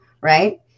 Right